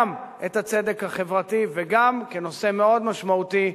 גם את הצדק החברתי וגם כנושא מאוד משמעותי,